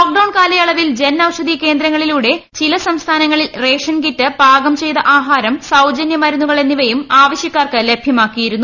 lockdown കാലയളവിൽ ജൻ ഔഷധി കേന്ദ്രങ്ങളിലൂടെ ചില സംസ്ഥാനങ്ങളിൽ റേഷൻകിറ്റ് പാകം ചെയ്ത ആഹാരം സൌജന്യ മരുന്നൂകൾ എന്നിവയും ആവശ്യക്കാർക്ക് ലഭൃമാക്കിയിരുന്നു